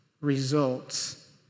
results